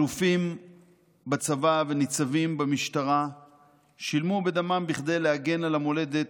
אלופים בצבא וניצבים במשטרה שילמו בדמם כדי להגן על המולדת